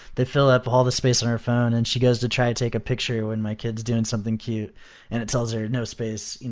they fill up all the space in her phone and she goes to try to take a picture when my kid is doing something cute and it tells her, no space.